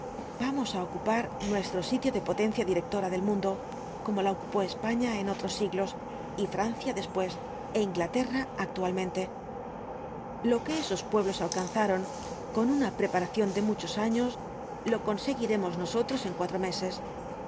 vamos á ocupar nuestro sitio de potencia directora del mundo como la ocupó españa en otros siglos y francia después é inglaterra actualmente lo que esos pueblos alcanzaron con una preparación de muchos años lo conseguiremos nosotros en cuatro meses